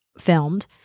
Filmed